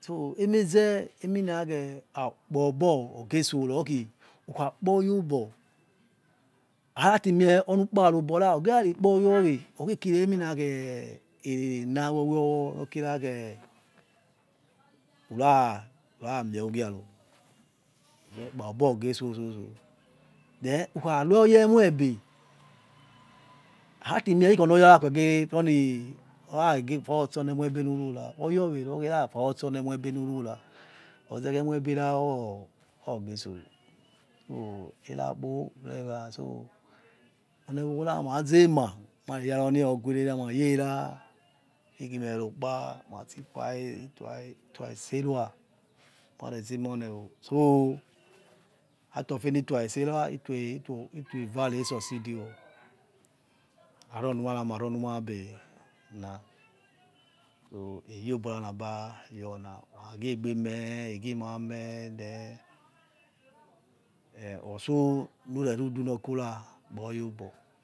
sto emeze eminakhe kpabo ogezo roki ukhakpoya obo arati mie khi onikpara obora orari kpa oya owe orare rena nor kira khe iramie wi ugie aro ikpa obo ogeso soso than uraroya emoi be aratimie ikhonoya rakhege faosa onu emoibe nu rura oya owe rukhera faosa omie moi ebe unurara roze khie oni emoibe ra orurobo erakpo eraso onewora maze ma oni emonayogue rera ikhimero kpa ma situa eh itua serva mare zema onie wo out of inu tua seria itua eva resuside iwo haruna mabe na iyobora naba your na magie benie egimame the otso nure rudu nor kora kpoya obo